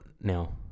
now